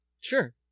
Sure